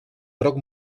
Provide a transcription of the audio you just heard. groc